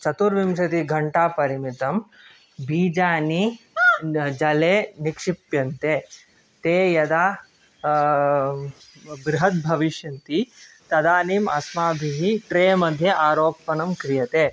चतुर्विंशतिघण्टापरिमितं बीजानि जले निक्षिप्यन्ते ते यदा बृहत् भविष्यन्ति तदानीम् अस्माभिः ट्रेमध्ये आरोपणं क्रियते